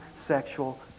sexual